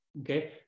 okay